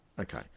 Okay